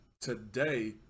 today